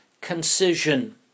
concision